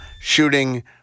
Shooting